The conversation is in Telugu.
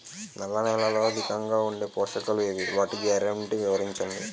నల్ల నేలలో అధికంగా ఉండే పోషకాలు ఏవి? వాటి గ్యారంటీ వివరించండి?